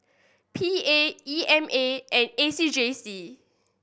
P A E M A and A C J C